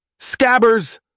Scabbers